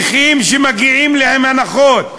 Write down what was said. נכים שמגיעות להם הנחות,